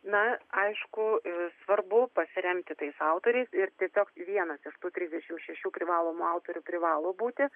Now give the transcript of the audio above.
na aišku svarbu pasiremti tais autoriais ir tiesiog vienas iš tų trisdešimt šešių privalomų autorių privalo būti